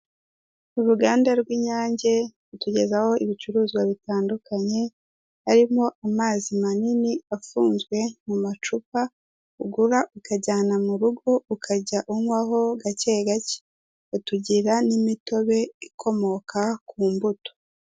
Uruganda rw'Inyange rutugezaho ibicuruzwa bitandukanye harimo amazi manini afunzwe mumacupa ugura ukajyana mu rugo ukajya unywaho gake gake utugega n'imitobe ikomoka ku ntebe.